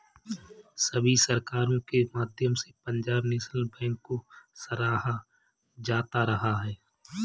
सभी सरकारों के माध्यम से पंजाब नैशनल बैंक को सराहा जाता रहा है